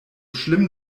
schlimm